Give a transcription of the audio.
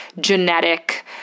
genetic